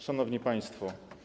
Szanowni Państwo!